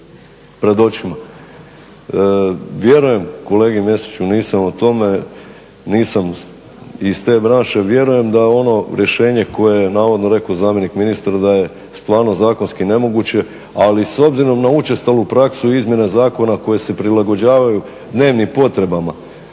pred očima. Vjerujem kolegi Mesiću nisam iz te branše, vjerujem da ono rješenje koje je navodno rekao zamjenik ministra da je stvarno zakonski nemoguće, ali s obzirom na učestalu prasku izmjena zakona koji se prilagođavaju dnevnim potrebama